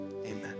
Amen